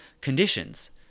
conditions